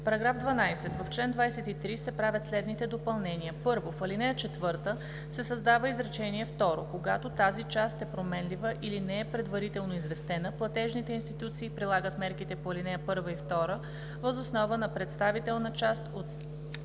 § 12: „§ 12. В чл. 23 се правят следните допълнения: 1. В ал. 4 се създава изречение второ: „Когато тази част е променлива или не е предварително известна, платежните институции прилагат мерките по ал. 1 и 2 въз основа на представителна част от